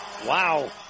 Wow